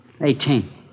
Eighteen